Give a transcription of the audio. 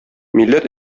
милләт